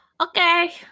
Okay